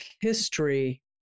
history